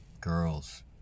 girls